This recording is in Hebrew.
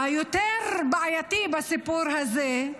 היותר-בעייתי בסיפור הזה הוא